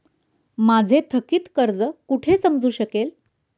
माझे थकीत कर्ज कुठे समजू शकेल?